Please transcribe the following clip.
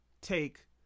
take